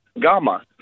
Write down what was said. Gamma